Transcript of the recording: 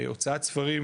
הוצאת ספרים